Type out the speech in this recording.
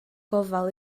gofal